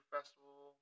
Festival